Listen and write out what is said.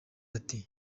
ati